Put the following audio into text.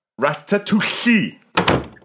Ratatouille